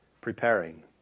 preparing